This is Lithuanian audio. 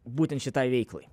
būtent šitai veiklai